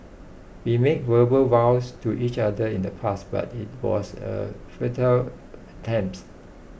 we made verbal vows to each other in the past but it was a futile attempt